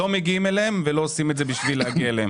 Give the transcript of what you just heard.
לא מגיעים אליהן ולא עושים את זה כדי להגיע אליהן.